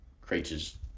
creatures